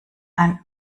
ein